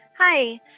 Hi